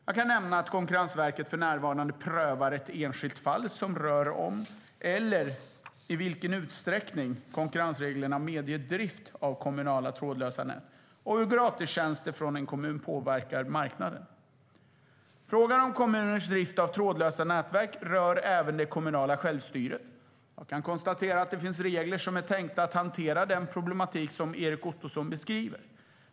Jag kan nämna att Konkurrensverket för närvarande prövar ett enskilt fall som rör om, eller i vilken utsträckning, konkurrensreglerna medger drift av kommunala trådlösa nät och hur gratistjänster från en kommun påverkar marknaden. Frågan om kommuners drift av trådlösa nätverk rör även det kommunala självstyret. Jag kan konstatera att det finns regler som är tänkta att hantera den problematik som Erik Ottoson beskriver.